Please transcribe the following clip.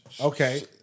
okay